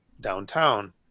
downtown